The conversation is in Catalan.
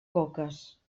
coques